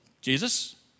Jesus